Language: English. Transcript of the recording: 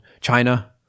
China